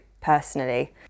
personally